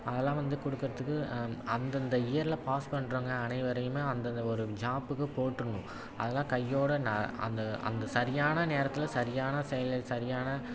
அதெல்லாம் வந்து கொடுக்கறதுக்கு அந்தந்த இயரில் பாஸ் பண்ணுறவுங்க அனைவரையுமே அந்தந்த ஒரு ஜாப்புக்கு போட்டுருணும் அது தான் கையோடு ந அந்த அந்த சரியான நேரத்தில் சரியான செயல் சரியான